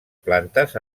plantes